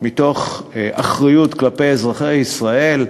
מתוך אחריות כלפי אזרחי ישראל,